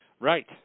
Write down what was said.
Right